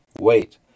Wait